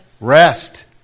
Rest